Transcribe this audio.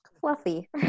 Fluffy